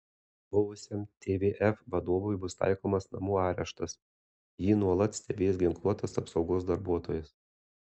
buvusiam tvf vadovui bus taikomas namų areštas jį nuolat stebės ginkluotas apsaugos darbuotojas